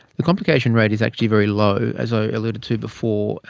the complication rate is actually very low, as i alluded to before,